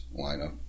lineup